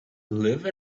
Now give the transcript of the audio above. live